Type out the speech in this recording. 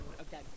Okay